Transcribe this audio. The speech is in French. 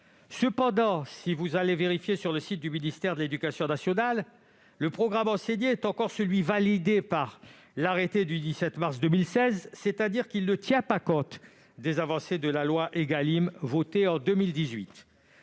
vous pouvez le vérifier sur le site du ministère de l'éducation nationale -, le programme enseigné est encore celui qui est validé par l'arrêté du 17 mars 2016, c'est-à-dire qu'il ne tient pas compte des avancées de la loi Égalim votée en 2018.